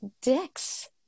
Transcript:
dicks